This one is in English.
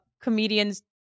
comedians